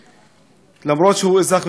למרות שהוא אזרח במדינת ישראל,